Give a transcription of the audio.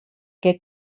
què